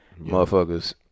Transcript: Motherfuckers